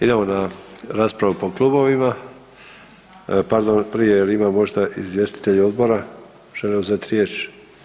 Idemo na raspravu po klubovima, pardon prije jel ima možda izvjestitelj odbora, želi uzeti riječ?